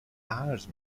هرز